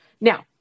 Now